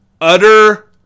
Utter